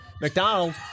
McDonald